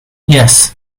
yes